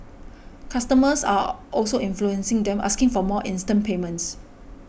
customers are also influencing them asking for more instant payments